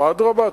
או אדרבה,